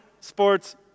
sports